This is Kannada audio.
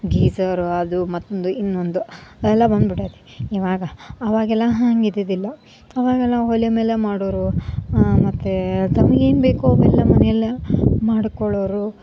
ಗೀಸರು ಅದು ಮತ್ತೆ ಮತ್ತೊಂದು ಇನ್ನೊಂದು ಅದೆಲ್ಲ ಬಂದ್ಬಿಟ್ಟೈತೆ ಇವಾಗ ಅವಾಗೆಲ್ಲ ಹಂಗಿದ್ದಿಲ್ಲ ಅವಾಗೆಲ್ಲ ಒಲೆ ಮೇಲೆ ಮಾಡೋರು ಮತ್ತೆ ತಮ್ಗೇನು ಬೇಕೊ ಅವೆಲ್ಲ ಮನೆಯಲ್ಲೆ ಮಾಡಿಕೊಳ್ಳೋರು